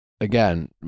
Again